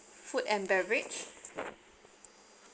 food and beverage